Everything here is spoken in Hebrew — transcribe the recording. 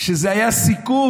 כשזה היה הסיכום,